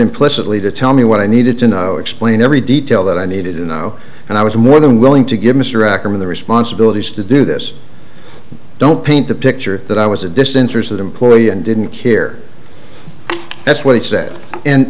implicitly to tell me what i needed to know explain every detail that i needed to know and i was more than willing to give mr ackerman the responsibilities to do this don't paint the picture that i was a disinterested employee and didn't hear that's what he said and